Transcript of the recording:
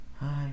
hi